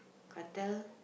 Cartel